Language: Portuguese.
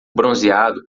bronzeado